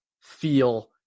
feel